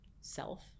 self